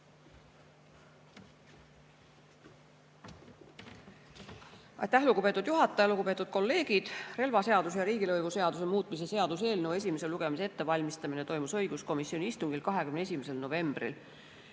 Aitäh, lugupeetud juhataja! Lugupeetud kolleegid! Relvaseaduse ja riigilõivuseaduse muutmise seaduse eelnõu esimese lugemise ettevalmistamine toimus õiguskomisjoni istungil 21. novembril.